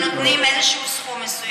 לא משקיעים בלולי שנותנים איזה סכום מסוים,